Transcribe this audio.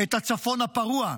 את הצפון הפרוע,